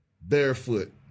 barefoot